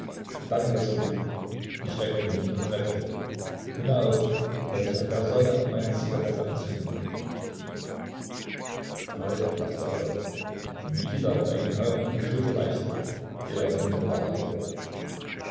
dann das glück ich reckte mich und reckte hinauf daß ich an der sonne meine zigarette anzünden konnte falk lachte auf mikita der ihm kaum an die schultern reichte der wunderbare kerl